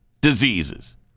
diseases